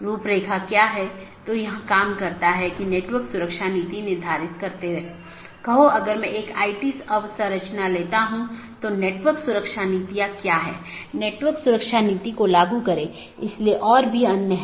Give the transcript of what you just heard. तीसरा वैकल्पिक सकर्मक है जो कि हर BGP कार्यान्वयन के लिए आवश्यक नहीं है